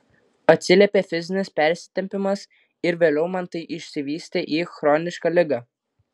atsiliepė fizinis persitempimas ir vėliau man tai išsivystė į chronišką ligą